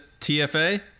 tfa